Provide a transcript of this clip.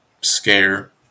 scare